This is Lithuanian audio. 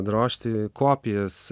drožti kopijas